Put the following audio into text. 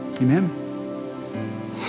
Amen